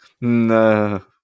No